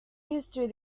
history